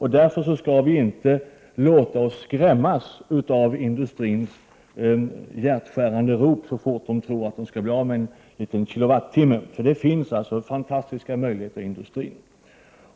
Därför skall vi inte låta oss skrämmas av industrins hjärtskärande rop så fort man där tror att man skall bli av med en kilowattimme. Det finns fantastiska möjligheter inom industrin.